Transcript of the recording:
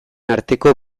arteko